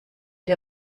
der